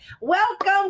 welcome